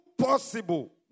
possible